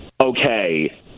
okay